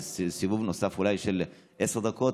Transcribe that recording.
זה סיבוב נוסף אולי של עשר דקות,